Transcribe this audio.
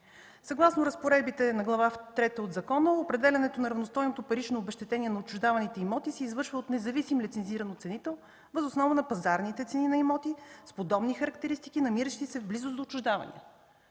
Съгласно разпоредбите на Глава трета от закона определянето на равностойното парично обезщетение на отчуждаваните имоти се извършва от независим лицензиран оценител въз основа на пазарните цени на имоти с подобни характеристики, намиращи се в близост до отчуждавания.